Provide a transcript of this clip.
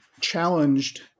challenged